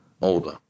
Older